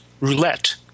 roulette